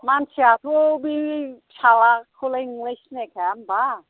मानसियाथ' बे फिसालाखौलाय नोंलाय सिनायखाया होमबा